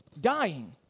dying